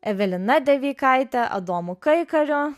evelina devikaite adomu kaikariu